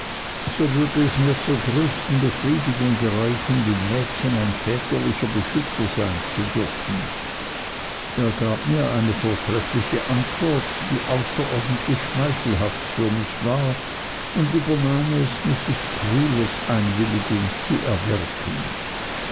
so würde es mir zur größten befriedigung gereichen den mädchen ein väterlicher beschützer sein zu dürfen er gab mir eine vortreffliche antwort die außerordentlich schmeichelhaft für mich war und übernahm es mrs crewlers einwilligung zu erwirken